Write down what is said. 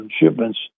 Shipments